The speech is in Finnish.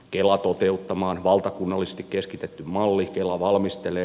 kela toteuttamaan valtakunnallisesti keskitetty malli kela valmistelee